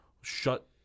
shut